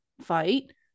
fight